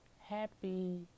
Happy